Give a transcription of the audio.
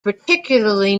particularly